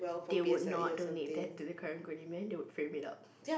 they would not donate that to the karang-guni man they would frame it up